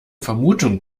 vermutung